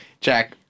Jack